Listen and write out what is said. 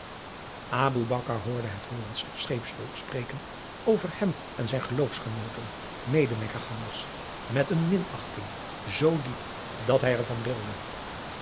aboe bakar hoorde het hollandsche scheepsvolk spreken over hem en zijn geloofsgenooten mede mekkagangers met een minachting z diep dat hij ervan rilde